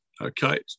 Okay